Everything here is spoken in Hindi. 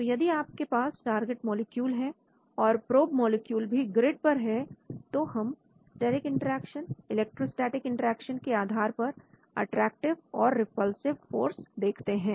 तो यदि आपके पास टारगेट मॉलिक्यूल है और प्रोब मॉलिक्यूल भी ग्रिड पर है तो हम steric interaction electrostatic interaction के आधार पर अट्रैक्टिव और रिपल्सिव फोर्स देखते हैं